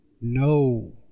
No